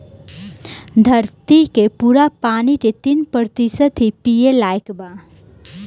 धरती के पूरा पानी के तीन प्रतिशत ही पिए लायक बा